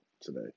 today